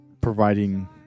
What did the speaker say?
providing